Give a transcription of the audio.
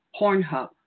Pornhub